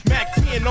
Mac-10